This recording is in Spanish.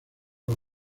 los